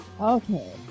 Okay